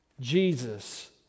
Jesus